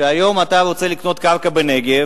היום אתה רוצה לקנות קרקע בנגב,